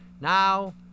Now